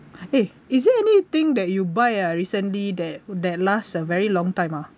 eh is there anything that you buy ah recently that that last a very long time ah